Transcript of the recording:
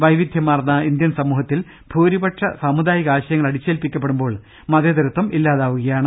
വൈവിധ്യമാർന്ന ഇന്ത്യൻ സമൂഹത്തിൽ ഭൂരിപക്ഷ സാമുദായിക ആശയങ്ങൾ അടിച്ചേൽപ്പിക്കപ്പെടുമ്പോൾ മതേതരത്വം ഇല്ലാതാകുകയാണ്